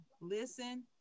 Listen